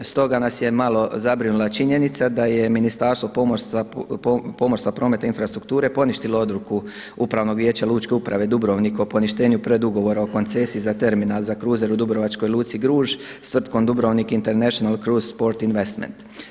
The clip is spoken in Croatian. Stoga nas je malo zabrinula činjenica da je Ministarstvo pomorstva, prometa i infrastrukture poništilo odluku Upravnog vijeća Lučke uprave Dubrovnik o poništenju predugovora o koncesiji za terminal za kruzer u dubrovačkoj Luci Gruž s Tvrtkom Dubrovnik International Cruise Port Investment.